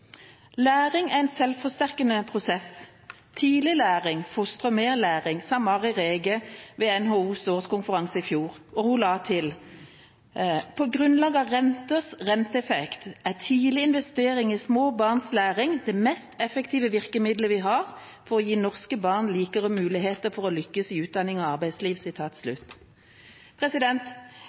Læring er en selvforsterkende prosess, tidlig læring fostrer mer læring, sa Mari Rege på NHOs årskonferanse i fjor. Og hun la til: «På grunn av rentes renteeffekt er tidlig investering i små barns læring det mest effektive virkemidlet vi har for å gi norske barn likere muligheter for å lykkes i utdanning og arbeidsliv.»